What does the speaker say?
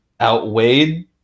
outweighed